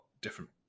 different